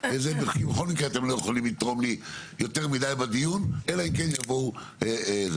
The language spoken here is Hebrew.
כי בכל מקרה אתם לא יכולים לתרום לי יותר מדי בדיון אלא אם כן יבואו זה,